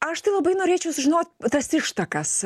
aš tai labai norėčiau sužinot tas ištakas